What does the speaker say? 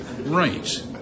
Right